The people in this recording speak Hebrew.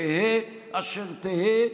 תהא אשר תהא,